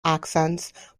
accents